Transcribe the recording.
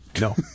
No